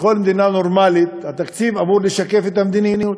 בכל מדינה נורמלית התקציב אמור לשקף את המדיניות.